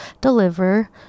deliver